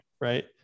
right